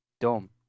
dumb